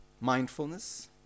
mindfulness